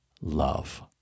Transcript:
love